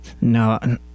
No